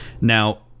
now